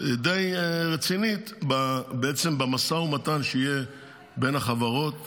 די רצינית במשא ומתן שיהיה בין החברות